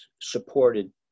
supported